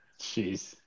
jeez